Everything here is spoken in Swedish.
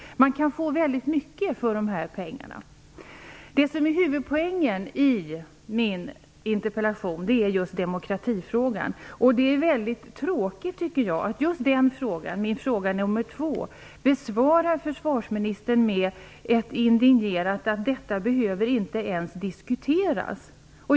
Man kan få väldigt mycket för dessa pengar. Huvudpoängen i min interpellation är just demokratifrågan. Det är mycket tråkigt att försvarsministern besvarar just den frågan, min fråga nr 2, med ett indignerat att detta inte ens behöver diskuteras.